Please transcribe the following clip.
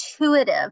intuitive